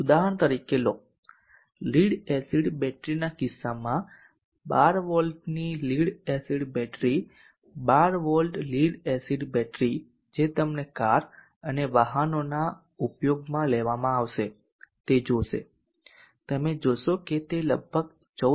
ઉદાહરણ તરીકે લો લીડ એસિડ બેટરીના કિસ્સામાં 12 વોલ્ટની lead acid battery 12 volt lead acid battery જે તમને કાર અને વાહનોમાં ઉપયોગમાં લેવામાં આવશે તે જોશે તમે જોશો કે તે લગભગ 14